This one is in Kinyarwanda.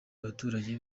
abaturage